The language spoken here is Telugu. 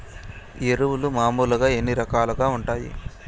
ఎరువులు మామూలుగా ఎన్ని రకాలుగా వుంటాయి?